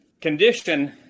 condition